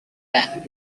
back